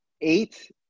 eight